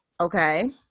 Okay